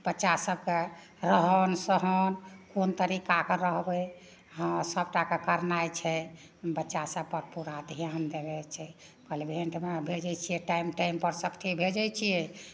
बच्चा सबके रहन सहन कोन तरीका के रहबै हँ सब टाके करनाइ छै बच्चा सब पर पूरा ध्यान देने छै कल्भेंट मे भेजै छियै टाइम टाइमपर सब चीज भेजै छियै